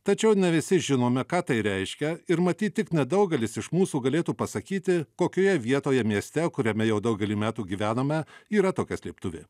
tačiau ne visi žinome ką tai reiškia ir matyt tik nedaugelis iš mūsų galėtų pasakyti kokioje vietoje mieste kuriame jau daugelį metų gyvename yra tokia slėptuvė